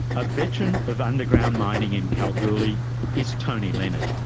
a veteran of underground mining in kalgoorlie is tony lenard.